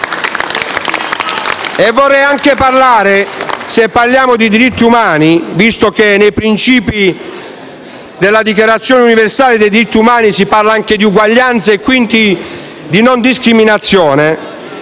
Vorrei anche parlare, se parliamo di diritti umani, visto che nei principi della Dichiarazione universale dei diritti umani si parla anche di uguaglianza e, quindi, di non discriminazione,